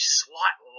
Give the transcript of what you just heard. slight